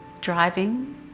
Driving